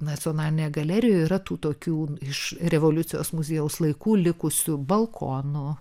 nacionalinėje galerijoje yra tų tokių iš revoliucijos muziejaus laikų likusių balkonų